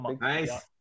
Nice